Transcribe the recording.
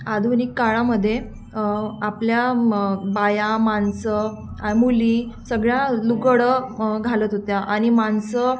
आधुनिक काळामध्ये आपल्या म बाया माणसं मुली सगळ्या लुकडं घालत होत्या आणि माणसं